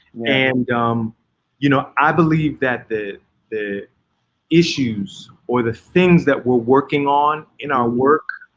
and you know, i believe that the the issues or the things that we're working on in our work,